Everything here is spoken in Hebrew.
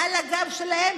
אלה המצביעים שלכם,